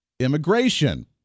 immigration